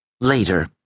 Later